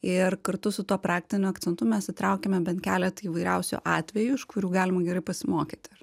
ir kartu su tuo praktiniu akcentu mes įtraukiame bent keletą įvairiausių atvejų iš kurių galima gerai pasimokyti